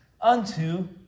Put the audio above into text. unto